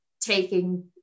taking